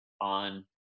on